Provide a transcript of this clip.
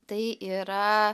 tai yra